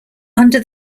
under